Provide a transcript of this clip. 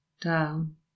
down